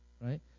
Right